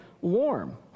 warm